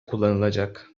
kullanılacak